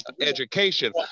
education